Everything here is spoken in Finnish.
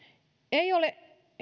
ei ole